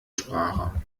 sprache